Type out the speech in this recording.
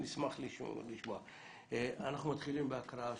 נתחיל בהקראה.